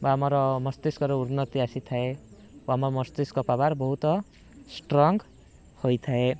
ବା ଆମର ମସ୍ତିଷ୍କର ଉନ୍ନତି ଆସିଥାଏ ଓ ଆମ ମସ୍ତିଷ୍କ ପାୱାର ବହୁତ ଷ୍ଟ୍ରଙ୍ଗ୍ ହୋଇଥାଏ